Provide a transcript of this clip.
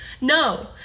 No